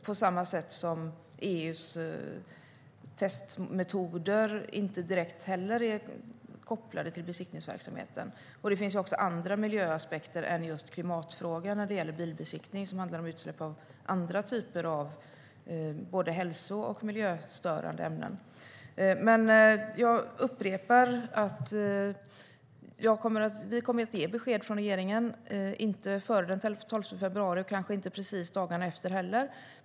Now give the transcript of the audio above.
På samma sätt är inte heller EU:s testmetoder direkt kopplade till besiktningsverksamheten. Det finns också andra miljöaspekter än just klimatfrågor när det gäller bilbesiktning. Det kan handla om utsläpp av andra typer av både hälso och miljöstörande ämnen. Jag upprepar att vi kommer att ge ett besked från regeringen, dock inte före den 12 februari och kanske inte precis dagarna efter heller.